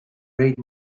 eight